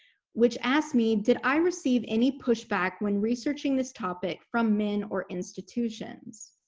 which asked me did i receive any pushback when researching this topic from men or institutions?